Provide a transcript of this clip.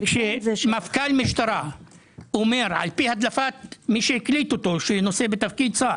שכשמפכ"ל משטרה אומר לפי הדלפת מי שהקליט אותו שנושא בתפקיד שר,